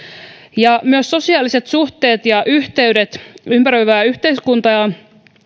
myös sosiaaliset suhteet ja yhteydet ympäröivään yhteiskuntaan